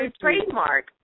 trademark